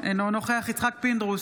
אינו נוכח יצחק פינדרוס,